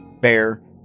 bear